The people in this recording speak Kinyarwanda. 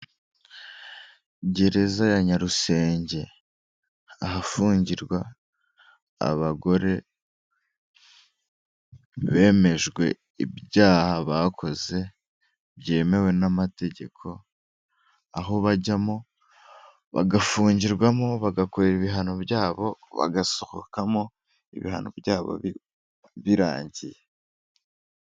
Gereza ya Nyarusenge ahafungirwa abagore bemejwe ibyaha bakoze, byemewe n'amategeko aho bajyamo bagafungirwamo, bagakorera ibihano byabo, bagasohokamo ibihano byabo birangiye.